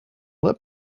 let